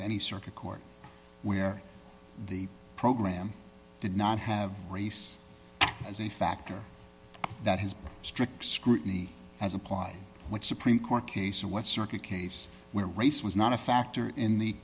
any circuit court where the program did not have race as a factor that has strict scrutiny as applied what supreme court case and what circuit case where race was not a factor in the